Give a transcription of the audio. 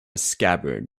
scabbard